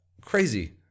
Crazy